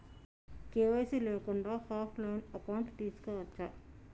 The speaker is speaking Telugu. కే.వై.సీ లేకుండా కూడా ఆఫ్ లైన్ అకౌంట్ తీసుకోవచ్చా?